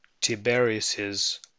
Tiberius's